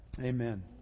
Amen